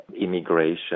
immigration